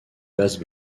basses